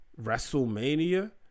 WrestleMania